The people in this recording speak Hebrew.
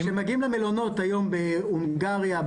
וכשמגיעים למלונות היום בהונגריה,